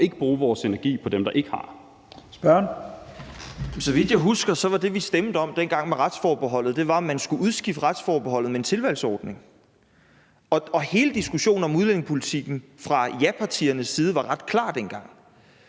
Spørgeren. Kl. 10:44 Frederik Vad (S): Så vidt jeg husker, var det, vi stemte om dengang med retsforbeholdet, om man skulle udskifte retsforbeholdet med en tilvalgsordning, og hele diskussionen om udlændingepolitikken fra japartiernes side var ret klar dengang.